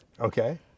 Okay